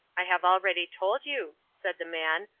i have already told you, said the man,